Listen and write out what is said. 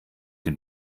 den